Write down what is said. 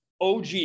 OG